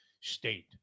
state